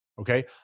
okay